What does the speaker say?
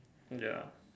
ya